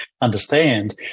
understand